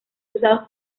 usados